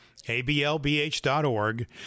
ablbh.org